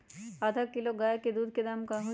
आधा किलो गाय के दूध के का दाम होई?